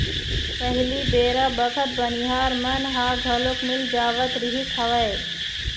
पहिली बेरा बखत बनिहार मन ह घलोक मिल जावत रिहिस हवय